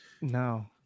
no